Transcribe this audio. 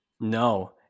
No